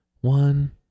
One